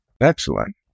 Excellent